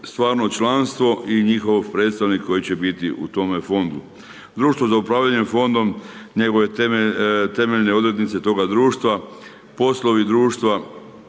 stvarno članstvo i njihov predstavnik koji se biti u tome fondu. Društvo za upravljanje Fondom njeguje temeljne odrednice toga društva. Poslovi društva,